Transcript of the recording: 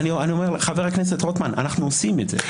חבר הכנסת רוטמן, אנחנו עושים את זה.